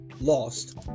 lost